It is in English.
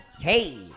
hey